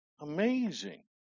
Amazing